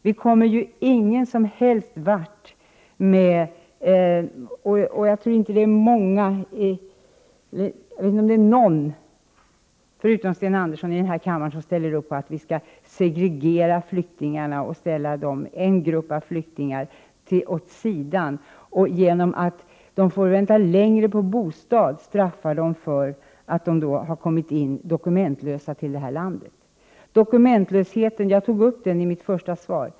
Jag vet inte om det är någon i denna kammare, förutom Sten Andersson, som ställer upp på att vi skall segregera flyktingarna och ställa en grupp av flyktingar åt sidan och straffa dem, för att de har kommit till landet dokumentlösa, genom att de får vänta längre på bostad. Jag tog upp dokumentlösheten i mitt svar.